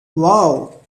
wow